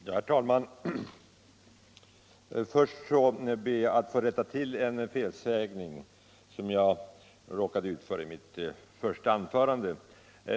Herr talman! Först ber jag att få rätta till en felsägning som jag råkade göra i mitt första anförande.